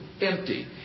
empty